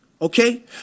okay